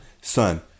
Son